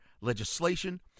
legislation